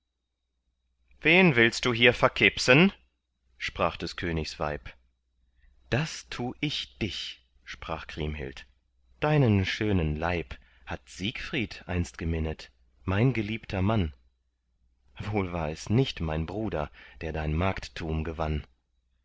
wen willst du hier verkebsen sprach des königs weib das tu ich dich sprach kriemhild deinen schönen leib hat siegfried erst geminnet mein geliebter mann wohl war es nicht mein bruder der dein magdtum gewann